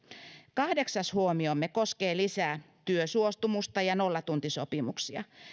kahdeksas huomiomme koskee lisätyösuostumusta ja nollatuntisopimuksia